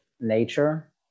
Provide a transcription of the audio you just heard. nature